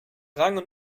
rang